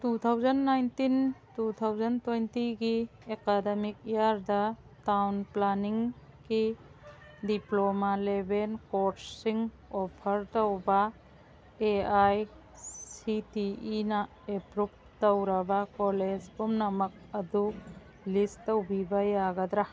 two thousand nineteen two thousand ꯇ꯭ꯋꯦꯟꯇꯤꯒꯤ academic ꯏꯌꯥꯔꯗ town ꯄ꯭ꯂꯥꯅꯤꯡꯒꯤ ꯗꯤꯄ꯭ꯂꯣꯃꯥ ꯂꯦꯕꯦꯜ ꯀꯣꯔꯁꯁꯤꯡ ꯑꯣꯐꯔ ꯇꯧꯕ ꯑꯦ ꯑꯥꯏ ꯁꯤ ꯇꯤ ꯏꯅ ꯑꯦꯄ꯭ꯔꯨꯞ ꯇꯧꯔꯕ ꯀꯣꯂꯦꯖ ꯄꯨꯝꯅꯃꯛ ꯑꯗꯨ ꯂꯤꯁ ꯇꯧꯕꯤꯕ ꯌꯥꯒꯗ꯭ꯔꯥ